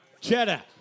Cheddar